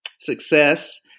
success